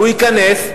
הוא ייכנס,